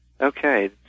Okay